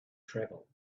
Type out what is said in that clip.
travel